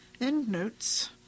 Endnotes